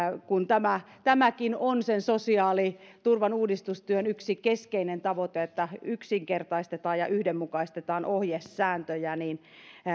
kun tämäkin on sen sosiaaliturvan uudistustyön yksi keskeinen tavoite että yksinkertaistetaan ja yhdenmukaistetaan ohjesääntöjä niin